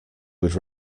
would